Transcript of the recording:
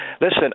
Listen